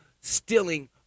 stealing